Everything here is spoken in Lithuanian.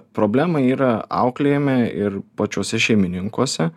problema yra auklėjame ir pačiuose šeimininkuose